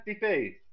face